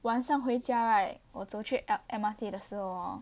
晚上回家 right 我走去 l~ M_R_T 的时候 hor